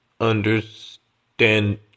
understand